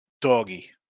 doggy